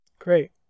Great